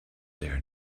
there